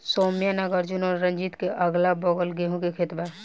सौम्या नागार्जुन और रंजीत के अगलाबगल गेंहू के खेत बा